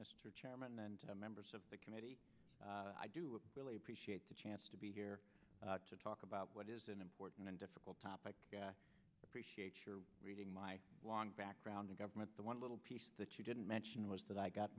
mr chairman and members of the committee i do really appreciate the chance to be here to talk about what is an important and difficult topic to appreciate your reading my long background in government the one little piece that you didn't mention was that i got